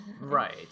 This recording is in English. Right